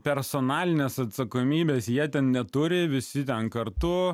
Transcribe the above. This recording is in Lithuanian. personalinės atsakomybės jie ten neturi visi ten kartu